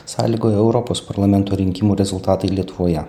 sąlygoja europos parlamento rinkimų rezultatai lietuvoje